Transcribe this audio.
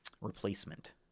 replacement